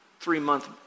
three-month